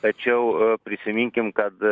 tačiau prisiminkim kad